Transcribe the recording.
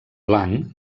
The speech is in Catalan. blanc